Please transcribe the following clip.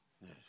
Yes